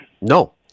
No